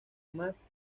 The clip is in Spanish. más